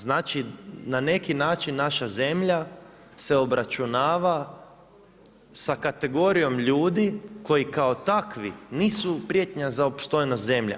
Znači na neki način naša zemlja se obračunava sa kategorijom ljudi koji kao takvi nisu prijetnja za opstojnost zemlje.